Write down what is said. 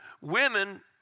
Women